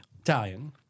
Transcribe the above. Italian